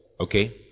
okay